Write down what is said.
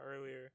earlier